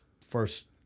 first